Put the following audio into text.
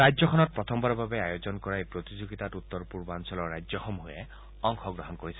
ৰাজ্যখনত প্ৰথমবাৰৰ বাবে আয়োজন কৰা এই প্ৰতিযোগিতাত উত্তৰ পূৰ্বাঞ্চলৰ ৰাজ্যসমূহে অংশগ্ৰহণ কৰিছে